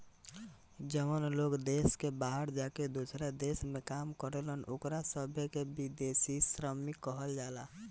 जवन लोग देश के बाहर जाके दोसरा देश में काम करेलन ओकरा सभे के विदेशी श्रमिक कहल जाला